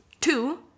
Two